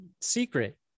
secret